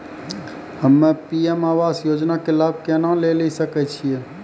हम्मे पी.एम आवास योजना के लाभ केना लेली सकै छियै?